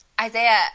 Isaiah